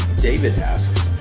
david asks,